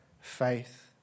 faith